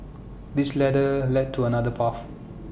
this ladder led to another path